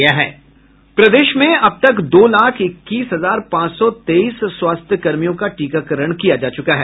प्रदेश में अब तक दो लाख इक्कीस हजार पांच सौ तेईस स्वास्थ्यकर्मियों का टीकाकरण किया जा चुका है